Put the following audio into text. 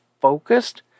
focused